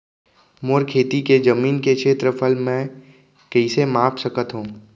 मोर खेती के जमीन के क्षेत्रफल मैं कइसे माप सकत हो?